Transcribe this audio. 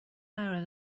قرار